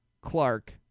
Clark